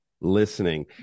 listening